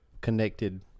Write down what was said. connected